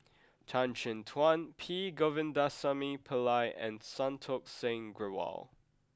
Tan Chin Tuan P Govindasamy Pillai and Santokh Singh Grewal